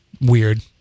weird